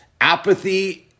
apathy